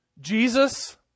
Jesus